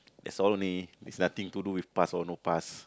that's all only there's nothing to do with pass or no pass